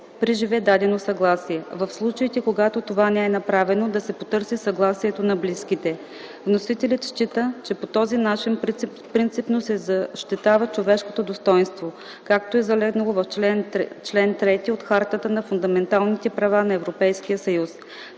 приживе дадено съгласие. В случаите, когато това не е направено, да се потърси съгласието на близките. Вносителят счита, че по този начин принципно се защитава човешкото достойнство, както е залегнало в чл. 3 от Хартата за фундаменталните права на Европейския съюз.